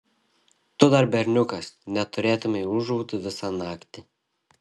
tu dar berniukas neturėtumei ūžauti visą naktį